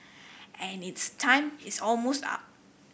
and its time is almost up